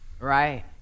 right